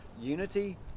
unity